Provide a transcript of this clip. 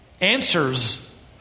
answers